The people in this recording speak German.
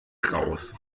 raus